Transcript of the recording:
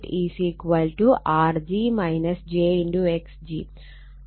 അതിനാൽ Zg R g j X g